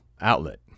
outlet